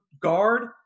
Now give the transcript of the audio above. guard